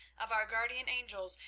of our guardian angels,